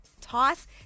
toss